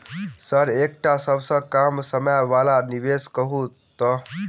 Sir एकटा सबसँ कम समय वला निवेश कहु तऽ?